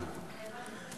(אומר בערבית ומתרגם:) איימן,